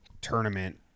tournament